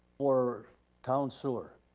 or town sewer.